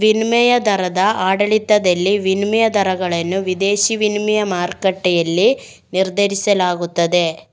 ವಿನಿಮಯ ದರದ ಆಡಳಿತದಲ್ಲಿ, ವಿನಿಮಯ ದರಗಳನ್ನು ವಿದೇಶಿ ವಿನಿಮಯ ಮಾರುಕಟ್ಟೆಯಲ್ಲಿ ನಿರ್ಧರಿಸಲಾಗುತ್ತದೆ